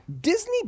Disney